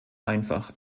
einfach